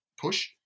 push